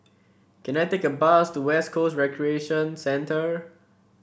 can I take a bus to West Coast Recreation Centre